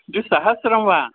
द्विसहस्रं वा